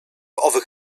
owych